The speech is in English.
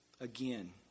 again